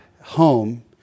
home